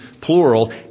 plural